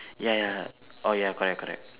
ya ya orh ya correct correct